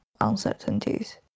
uncertainties